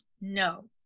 No